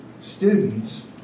students